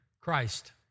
Christ